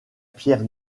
pierre